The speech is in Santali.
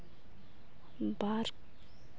ᱵᱟᱨ